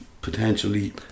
potentially